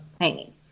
hanging